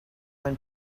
when